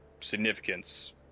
significance